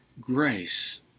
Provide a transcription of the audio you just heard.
grace